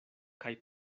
kaj